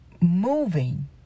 moving